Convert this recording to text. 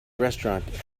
restaurant